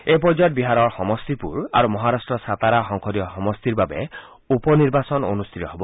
এই পৰ্যায়ত বিহাৰৰ সমষ্টিপুৰ আৰু মহাৰট্টৰ ছাতাৰা সংসদীয় সমষ্টিৰ বাবে উপ নিৰ্বাচন অনুষ্ঠিত হ'ব